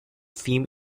theme